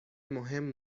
مهم